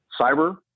cyber